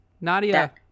Nadia